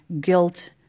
guilt